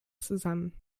zusammen